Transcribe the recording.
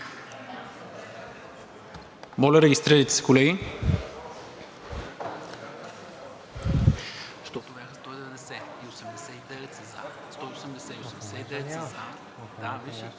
Моля, регистрирайте се, колеги.